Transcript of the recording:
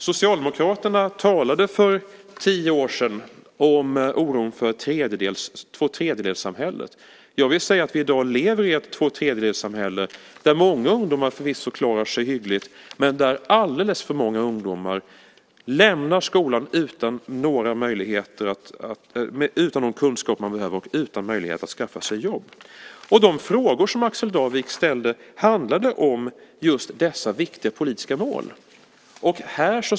Socialdemokraterna talade för tio år sedan om oron för tvåtredjedelssamhället. Jag vill säga att vi i dag lever i ett tvåtredjedelssamhälle där många ungdomar förvisso klarar sig hyggligt men där alldeles för många lämnar skolan utan de kunskaper de behöver och utan möjlighet att skaffa sig jobb. De frågor som Axel Darvik ställde handlade om just dessa viktiga politiska mål.